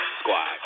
squad